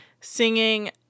singing